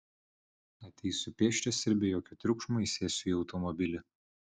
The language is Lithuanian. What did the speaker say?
ateisiu pėsčias ir be jokio triukšmo įsėsiu į automobilį